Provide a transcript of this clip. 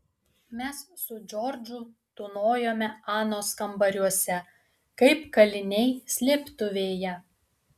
mes su džordžu tūnojome anos kambariuose kaip kaliniai slėptuvėje